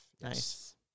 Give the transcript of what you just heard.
Nice